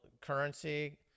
currency